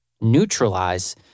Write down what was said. neutralize